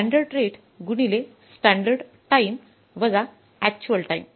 standard rate गुणिले standard time वजा actual time